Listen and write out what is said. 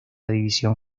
división